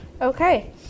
okay